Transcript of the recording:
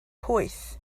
pwyth